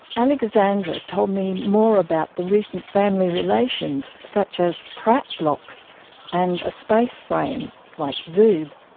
alexandra told me more about the recent family relations such as pratt blocks and a spaceframe like zoob.